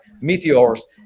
meteors